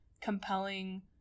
compelling